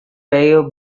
pale